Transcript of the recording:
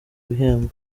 bihembo